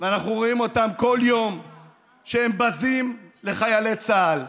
ואנחנו רואים אותם כל יום שהם בזים לחיילי צה"ל,